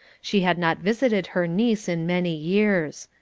she had not visited her niece in many years.